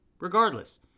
Regardless